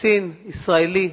קצין ישראלי,